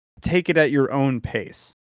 take-it-at-your-own-pace